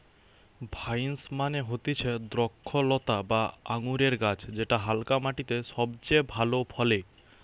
vines মানে হতিছে দ্রক্ষলতা বা আঙুরের গাছ যেটা হালকা মাটিতে সবচে ভালো ফলে